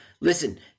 listen